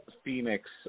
Phoenix